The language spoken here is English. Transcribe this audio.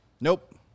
Nope